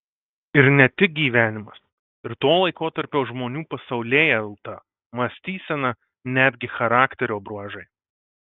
ir ne tik gyvenimas ir to laikotarpio žmonių pasaulėjauta mąstysena netgi charakterio bruožai